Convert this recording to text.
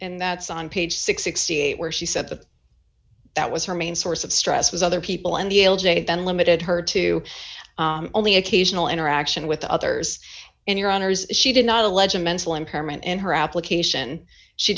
and that's on page sixty eight where she said that that was her main source of stress was other people and then limited her to only occasional interaction with others in your honour's she did not allege a mental impairment in her application she